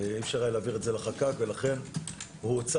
ואי אפשר היה להעביר את זה ל- -- ולכן הוא הוצא